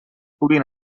pugui